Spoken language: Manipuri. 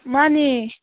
ꯃꯥꯅꯤ